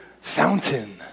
fountain